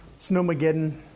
Snowmageddon